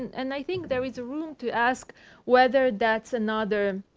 and i think there is room to ask whether that's another